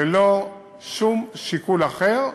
ולא שום שיקול אחר.